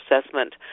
assessment